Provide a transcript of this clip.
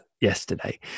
yesterday